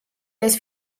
les